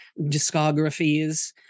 discographies